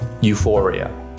euphoria